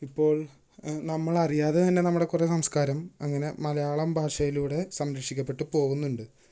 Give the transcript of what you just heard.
ഇപ്പോള് നമ്മളറിയാതെ തന്നെ നമ്മുടെ കുറേ സംസ്കാരം അങ്ങനെ മലയാളം ഭാഷയിലൂടെ സംരക്ഷിക്കപ്പെട്ട് പോകുന്നുണ്ട്